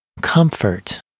comfort